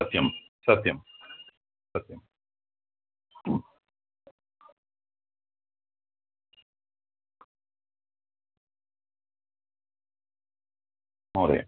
सत्यं सत्यं सत्यं महोदय